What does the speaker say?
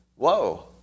Whoa